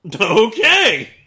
okay